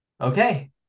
okay